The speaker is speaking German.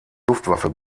luftwaffe